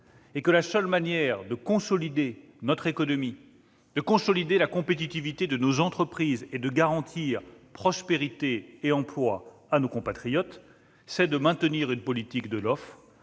La seule manière de consolider notre économie et la compétitivité de nos entreprises tout en garantissant prospérité et emploi à nos compatriotes, c'est de maintenir une politique de l'offre,